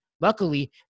Luckily